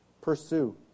Pursue